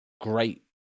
great